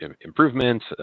improvements